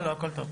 לא, לא הכל טוב.